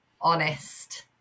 honest